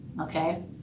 okay